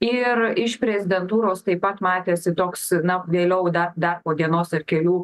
ir iš prezidentūros taip pat matėsi toks na vėliau dar dar po dienos ar kelių